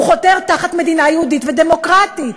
חותר תחת מדינה יהודית ודמוקרטית.